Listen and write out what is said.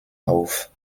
auf